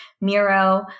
Miro